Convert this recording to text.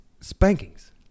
spankings